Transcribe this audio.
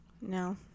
No